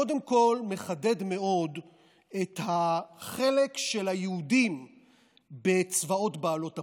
קודם כול מחדד מאוד את החלק של היהודים בצבאות בעלות הברית.